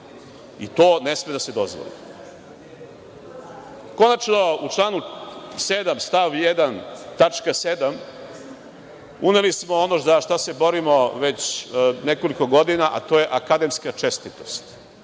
To ne sme da se dozvoli. Konačno, u članu 7. stav 1. tačka 7) uneli smo ono za šta se borimo već nekoliko godina, a to je akademska čestitost.